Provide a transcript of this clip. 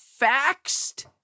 faxed